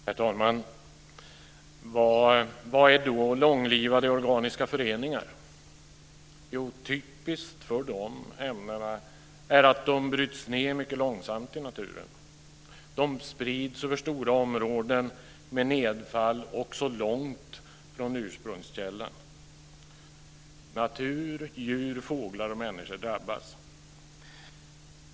Herr talman! Vad är då långlivade organiska föroreningar? Jo, typiskt för dessa är att de bryts ned mycket långsamt i naturen. De sprids över stora områden med nedfall också långt från ursprungskällan. Natur, fåglar, andra djur liksom människor drabbas.